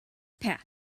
path